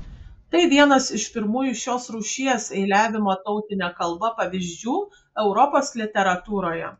tai vienas iš pirmųjų šios rūšies eiliavimo tautine kalba pavyzdžių europos literatūroje